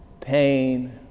pain